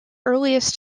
earliest